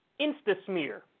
insta-smear